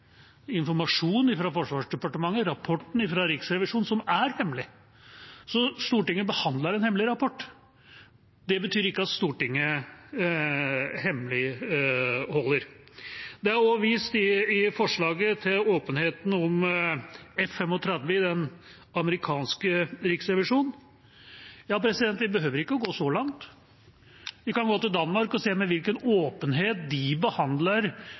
Forsvarsdepartementet og rapporten fra Riksrevisjonen som er hemmelig. Så Stortinget behandler en hemmelig rapport. Det betyr ikke at Stortinget hemmeligholder. Det er i forslaget også vist til åpenheten om F-35 i den amerikanske riksrevisjonen. Ja, vi behøver ikke gå så langt. Vi kan gå til Danmark og se på med hvilken åpenhet de i Folketinget behandler